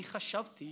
אני חשבתי